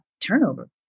turnover